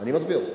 אני מסביר.